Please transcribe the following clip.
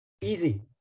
easy